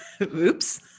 oops